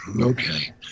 Okay